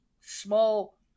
small